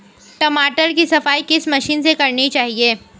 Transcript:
टमाटर की सफाई किस मशीन से करनी चाहिए?